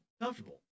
comfortable